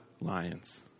lions